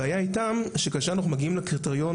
הבעיה איתם שכאשר אנחנו מגיעים לקריטריון